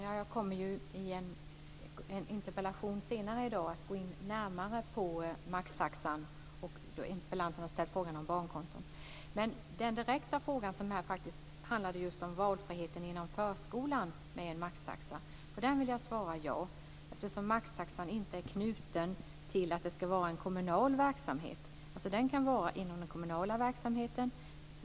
Fru talman! I en interpellation senare i dag kommer jag närmare in på maxtaxan. Den interpellanten har frågat om detta med barnkonto. Den direkta frågan om valfriheten inom förskolan med en maxtaxa vill jag besvara med ett ja. Maxtaxan är inte knuten till att det ska vara en kommunal verksamhet men det kan alltså vara inom kommunal verksamhet.